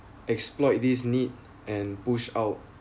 exploit these need and push out